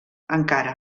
encara